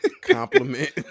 compliment